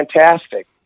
fantastic